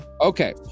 Okay